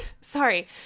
sorry